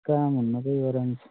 ꯊꯤꯀꯥ ꯃꯨꯟꯅꯕꯩ ꯋꯥꯔꯤꯅꯤ